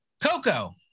Coco